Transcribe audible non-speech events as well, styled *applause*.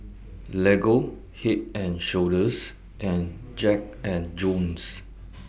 Lego Head and Shoulders and Jack and Jones *noise*